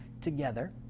together